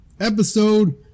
Episode